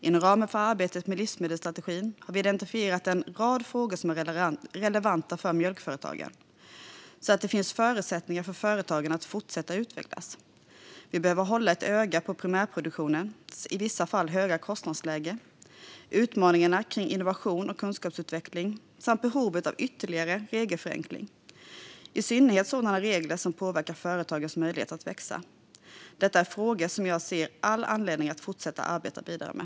Inom ramen för arbetet med livsmedelsstrategin har vi identifierat en rad frågor som är relevanta för mjölkföretagen, så att det finns förutsättningar för företagen att fortsätta utvecklas. Vi behöver hålla ett öga på primärproduktionens i vissa fall höga kostnadsläge, utmaningarna kring innovation och kunskapsutveckling samt behovet av ytterligare regelförenklingar, i synnerhet gällande sådana regler som påverkar företagens möjlighet att växa. Detta är frågor som jag ser all anledning att fortsätta arbeta med.